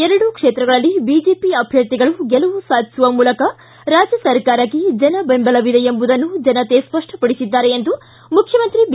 ಎರಡೂ ಕ್ಷೇತ್ರಗಳಲ್ಲಿ ಬಿಜೆಪಿ ಅಭ್ಯರ್ಥಿಗಳು ಗೆಲುವು ಸಾಧಿಸುವ ಮೂಲಕ ರಾಜ್ಜ ಸರ್ಕಾರಕ್ಷೆ ಜನಬೆಂಬಲವಿದೆ ಎಂಬುದನ್ನು ಜನತೆ ಸ್ಪಷ್ಟಪಡಿಸಿದ್ದಾರೆ ಎಂದು ಮುಖ್ಯಮಂತ್ರಿ ಬಿ